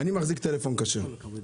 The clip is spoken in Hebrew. אני מחזיק טלפון כשר.